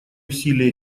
усилий